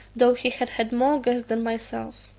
though he had had more guests than myself.